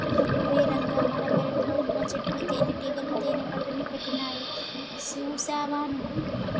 ఓరై రంగ మన పెరట్లో వున్నచెట్టుకి తేనటీగలు తేనెపట్టుని పెట్టినాయి సూసావా నువ్వు